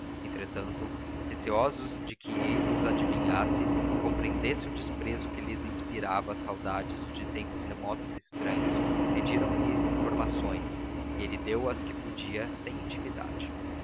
entretanto receosos de que ele os adivinhasse e compreendesse o desprezo que lhes inspiravam as saudades de tempos remotos e estranhos pediram lhe informações e ele deu as que podia sem intimidade